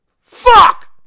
Fuck